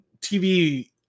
tv